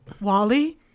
Wally